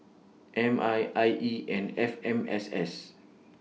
M I I E and F M S S